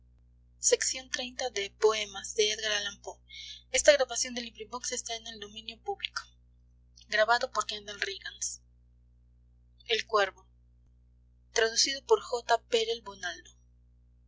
de poe en el